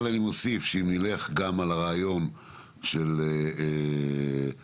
אני מוסיף שאם נלך על הרעיון של הטבות